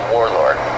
Warlord